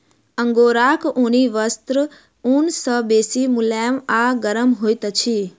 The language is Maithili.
अंगोराक ऊनी वस्त्र ऊन सॅ बेसी मुलैम आ गरम होइत अछि